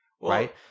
right